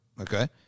Okay